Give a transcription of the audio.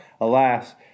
alas